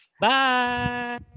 Bye